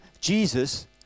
Jesus